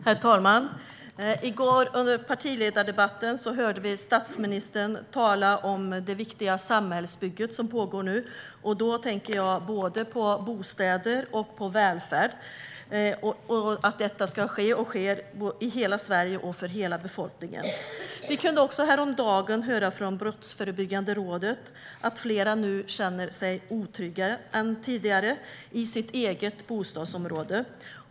Herr talman! I går under partiledardebatten hörde vi statsministern tala om det viktiga samhällsbygge som nu pågår. Jag tänker då både på bostäder och på välfärd. Detta ska ske och sker i hela Sverige och för hela befolkningen. Vi kunde också häromdagen höra från Brottsförebyggande rådet att flera nu känner sig otryggare än tidigare i sitt eget bostadsområde.